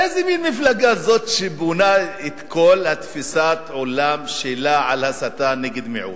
איזה מין מפלגה זאת שבונה את כל תפיסת העולם שלה על הסתה נגד מיעוט?